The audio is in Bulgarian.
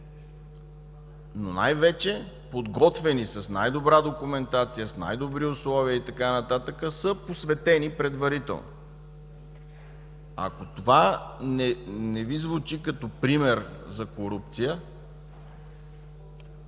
но най-вече подготвени с най-добра документация, с най-добри условия и така нататък са посветените предварително. Ако това не Ви звучи като пример за корупция,